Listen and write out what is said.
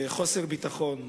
בחוסר ביטחון.